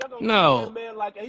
No